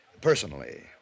personally